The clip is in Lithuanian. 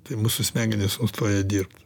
tai mūsų smegenys nustoja dirbt